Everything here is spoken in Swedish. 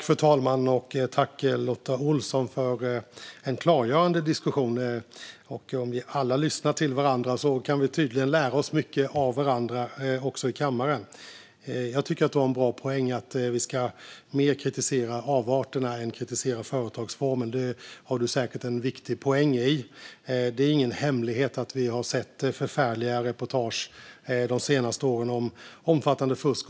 Fru talman! Tack, Lotta Olsson, för en klargörande diskussion! Om vi alla lyssnar till varandra kan vi tydligen lära mycket av varandra också i kammaren. Jag tycker att du har en bra poäng i att vi ska kritisera avarterna mer än företagsformen. Det är säkert en viktig poäng. Det är ingen hemlighet att vi de senaste åren har sett förfärliga reportage om omfattande fusk.